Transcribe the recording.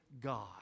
God